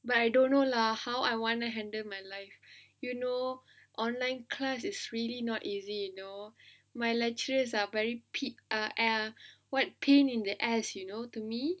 but I don't know lah how I wanna handle my life you know online classes is really not easy you know my lecturer are very peak err err what pain in the ass you know to me